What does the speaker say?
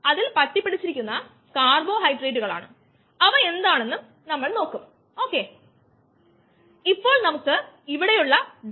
ഇത് ആയിരക്കണക്കിന് സെക്കൻഡ്സ് എടുക്കുന്നു 60 60 അതായത് ഒരു മണിക്കൂർ 3600 സെക്കൻഡ് എടുക്കും